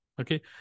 Okay